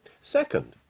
Second